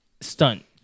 stunt